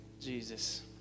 Jesus